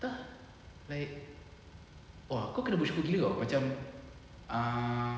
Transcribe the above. entah like !wah! kau kena bersyukur gila orh macam uh